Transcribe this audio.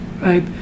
right